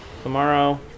tomorrow